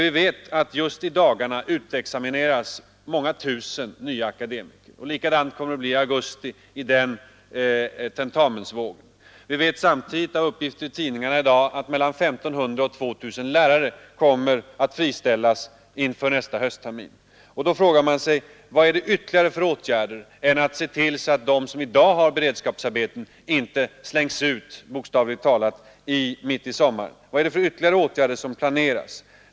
Vi vet att just i dagarna utexamineras många tusen nya akademiker. Likadant kommer det att bli vid tentamensvågen i augusti. Vi vet samtidigt av uppgifter i tidningarna i dag att mellan 1 500 och 2 000 lärare kommer att friställas inför nästa hösttermin. Då frågar man sig, vilka ytterligare åtgärder som kan vidtas än att se till att de som i dag har beredskapsarbeten inte bokstavligt talat slängs ut mitt i sommaren. Vad är det för ytterligare åtgärder som planeras?